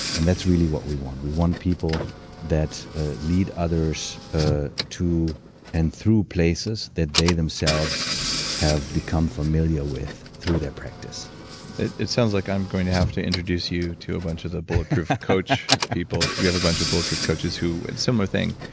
and that's really what we want. we want people that lead others ah to and through places that they themselves have become familiar with through their practice it it sounds like i'm going to have to introduce you to a bunch of the bulletproof coach people because we have a bunch of bulletproof coaches, who. similar thing.